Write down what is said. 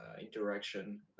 interaction